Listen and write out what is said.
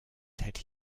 ted